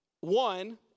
one